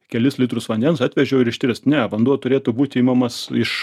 kelis litrus vandens atvežiau ir ištirs ne vanduo turėtų būt imamas iš